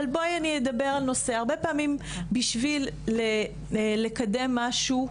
אבל הרבה פעמים בשביל לקדם משהו,